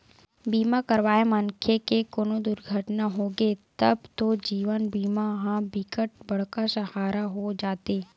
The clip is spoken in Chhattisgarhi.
बीमा करवाए मनखे के कोनो दुरघटना होगे तब तो जीवन बीमा ह बिकट बड़का सहारा हो जाते